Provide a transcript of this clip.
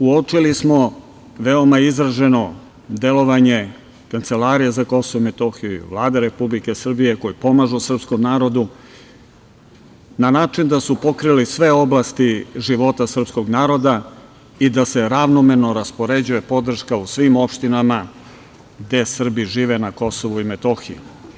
Uočili smo veoma izraženo delovanje Kancelarije za Kosovo i Metohiju i Vlade Republike Srbije koji pomažu srpskom narodu na način da su pokrili sve oblasti života srpskog naroda i da se ravnomerno raspoređuje podrška u svim opštinama gde Srbi žive na Kosovu i Metohiji.